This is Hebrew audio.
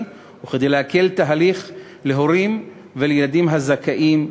וכדי להקל את התהליך להורים ולילדים הזכאים